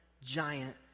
giant